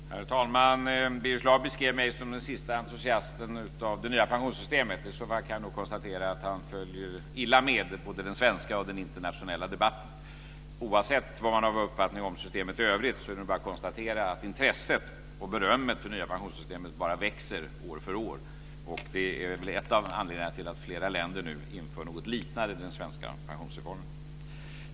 Herr talman! Birger Schlaug beskrev mig som den siste entusiasten för det nya pensionssystemet. I så fall kan jag konstatera att han följer illa med i både den svenska och den internationella debatten. Oavsett vilken uppfattning man har om systemet i övrigt är det bara att konstatera att intresset och berömmet för det nya pensionssystemet bara växer år för år. Det är en av anledningarna till att flera länder nu inför något liknande den svenska pensionsreformen.